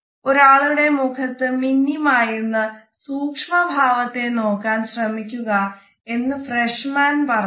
ഒരാളുടെ മുഖത്ത് മിന്നി മറയുന്ന സൂക്ഷ്മ ഭാവത്തെ നോക്കാൻ ശ്രമിക്കുക എന്ന് ഫ്രഷ്മാൻ പറയുന്നു